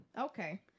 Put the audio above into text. Okay